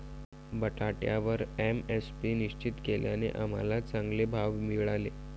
बटाट्यावर एम.एस.पी निश्चित केल्याने आम्हाला चांगले भाव मिळाले